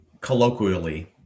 colloquially